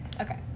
Okay